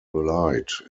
light